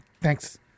Thanks